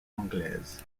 anglaise